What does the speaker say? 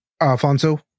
Alfonso